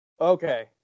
Okay